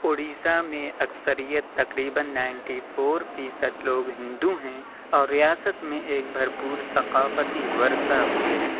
اڑیسہ میں اکثریت تقریباً نائنٹی فور فیصد لوگ ہندو ہیں اور ریاست میں ایک بھرپور ثقافتی ورثہ بھی ہیں